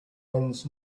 runs